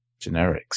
generics